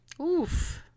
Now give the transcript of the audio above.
Oof